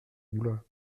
blois